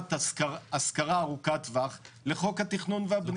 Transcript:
השכרה ארוכת טווח לחוק התכנון והבנייה.